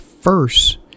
first